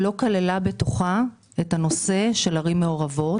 לא כללה בתוכה את הנושא של הערים המעורבות,